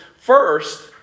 first